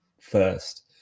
first